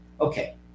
Okay